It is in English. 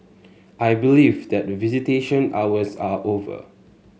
I believe that visitation hours are over